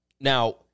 Now